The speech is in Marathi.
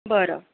बरं